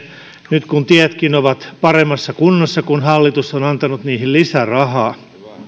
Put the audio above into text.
nyt kun tietkin ovat paremmassa kunnossa kun hallitus on antanut niihin lisärahaa